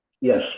Yes